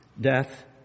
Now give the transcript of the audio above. death